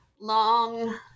long